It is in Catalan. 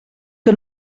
que